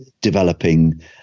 developing